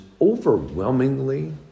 overwhelmingly